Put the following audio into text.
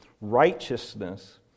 righteousness